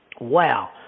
wow